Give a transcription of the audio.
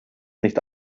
nicht